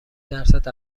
درصد